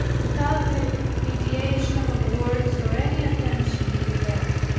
without the mediation of words or any attention to them.